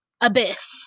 Abyss